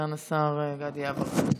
סגן השר גדי יברקן.